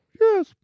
yes